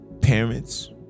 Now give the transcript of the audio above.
parents